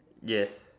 yes